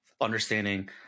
understanding